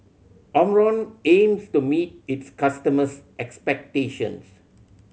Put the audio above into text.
Omron aims to meet its customers' expectations